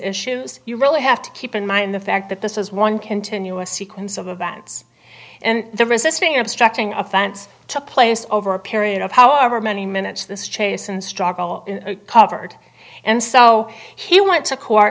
issues you really have to keep in mind the fact that this is one continuous sequence of events and the resisting obstructing offense took place over a period of however many minutes this chasen's struggle covered and so he went to court